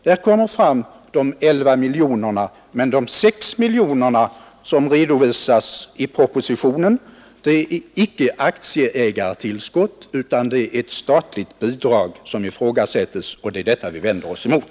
Där kommer 11 miljoner fram, men de 6 miljoner om vilka framställning göres i propositionen är icke aktieägartillskott, utan det är ett statligt bidrag som ifrågasättes — och det är vad vi vänder oss mot.